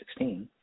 2016